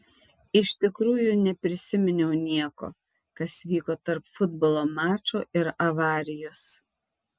iš tikrųjų neprisiminiau nieko kas vyko tarp futbolo mačo ir avarijos